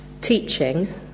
teaching